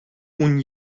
اون